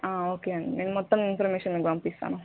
okay అండి మొత్తం information నేను పంపిస్తాను